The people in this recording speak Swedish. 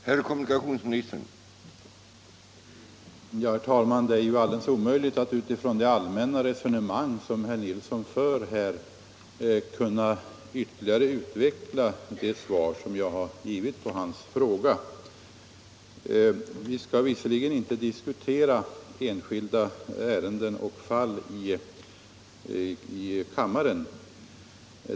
Herr talman! Det är alldeles omöjligt att utifrån det allmänna resonemang som herr Nilsson i Tvärålund här för ytterligare utveckla det svar som jag har givit på hans fråga. Vi skall visserligen inte diskutera enskilda ärenden i kammaren.